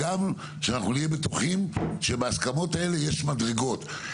ושאנחנו נהיה בטוחים שבהסכמות האלה יש מדרגות,